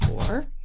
four